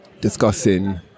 discussing